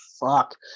fuck